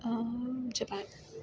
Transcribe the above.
Japan